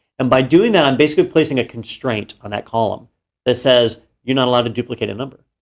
and by doing that, i'm basically placing a constraint on that column that says, you're not allowed to duplicate a number.